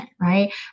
right